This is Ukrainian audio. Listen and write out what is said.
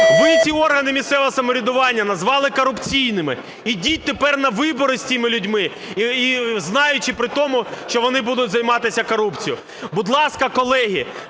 Ви ці органи місцевого самоврядування назвали корупційними. Ідіть тепер на вибори з цими людьми, знаючи при тому, що вони будуть займатися корупцією. Будь ласка, колеги,